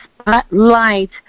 Spotlight